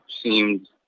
seemed